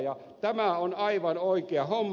ja tämä on aivan oikea homma